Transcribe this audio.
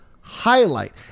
highlight